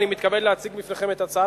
אני מתכבד להציג בפניכם את הצעת החוק לתיקון,